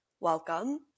welcome